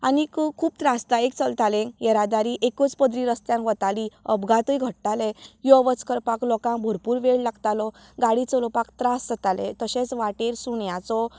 आनी खूब त्रासदायीक चलतालें येरादारी एकूच पदरी रस्त्यार वताली अपघातय घडटाले यो वच करपाक लोकांक भरपूर वेळ लागतालो गाडी चलोवपाक त्रास जाताले तशेंच वाटेर सुण्यांचो